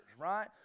right